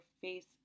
face